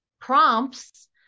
prompts